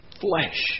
flesh